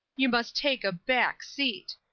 you must take a back seat.